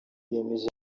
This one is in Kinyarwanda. yemeje